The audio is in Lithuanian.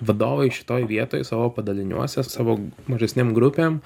vadovai šitoj vietoj savo padaliniuose savo mažesnėm grupėm